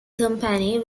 company